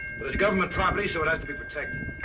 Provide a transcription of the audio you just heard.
but its government property so but has to be protected.